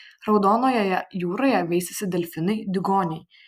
raudonojoje jūroje veisiasi delfinai diugoniai